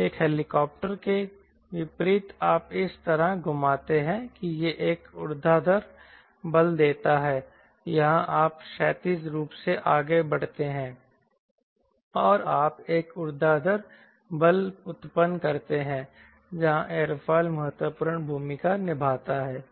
एक हेलिकॉप्टर के विपरीत आप इस तरह घुमाते हैं कि यह एक ऊर्ध्वाधर बल देता है यहां आप क्षैतिज रूप से आगे बढ़ते हैं और आप एक ऊर्ध्वाधर बल उत्पन्न करते हैं जहां एरोफिल महत्वपूर्ण भूमिका निभाता है